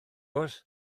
oes